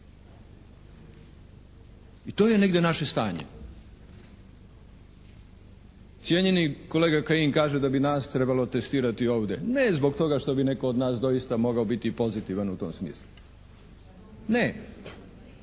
I tu je negdje naše stanje. Cijenjeni kolega Kajin kaže da bi nas trebalo testirati ovdje, ne zbog toga što bi netko od nas doista mogao biti pozitivan u tom smislu. Ne.